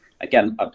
Again